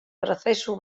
prozesu